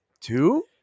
two